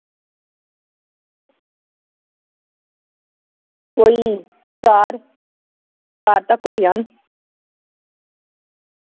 कुल चार चार तक्क होई जान